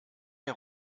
wer